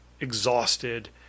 exhausted